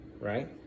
Right